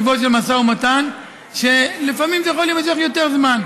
טיבו של משא ומתן הוא שלפעמים זה יכול להימשך יותר זמן.